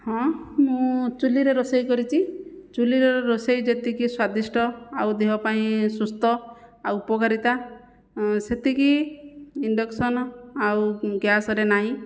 ହଁ ମୁଁ ଚୁଲିରେ ରୋଷେଇ କରିଛି ଚୁଲିରେ ରୋଷେଇ ଯେତିକି ସ୍ଵାଦିଷ୍ଟ ଆଉ ଦେହ ପାଇଁ ସୁସ୍ଥ ଆଉ ଉପକାରିତା ସେତିକି ଇଣ୍ଡକ୍ସନ ଆଉ ଗ୍ୟାସ ରେ ନାହିଁ